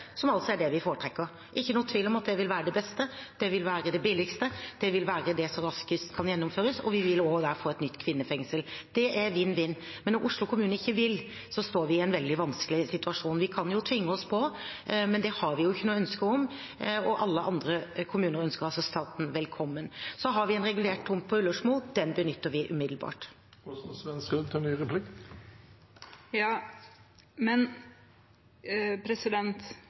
som altså er det vi foretrekker. Det er ingen tvil om at det vil være det beste, det vil være det billigste, det vil være det som raskest kan gjennomføres, og vi vil også få et nytt kvinnefengsel der. Det er vinn-vinn, men når Oslo kommune ikke vil, står vi i en veldig vanskelig situasjon. Vi kan jo tvinge oss på, men det har vi ikke noe ønske om, og alle andre kommuner ønsker altså staten velkommen. Vi har en regulert tomt på Ullersmo; den benytter vi umiddelbart.